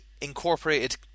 incorporated